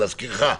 להזכירך,